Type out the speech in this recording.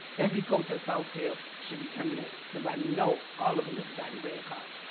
every coach at southfield should be terminated because i know all of them have gotten red cards.